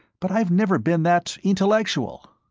but i've never been that intellectual.